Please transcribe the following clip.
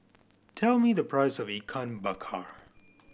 tell me the price of Ikan Bakar